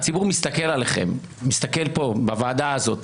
הציבור מסתכל עליכם, מסתכל פה בוועדה הזאת,